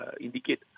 indicate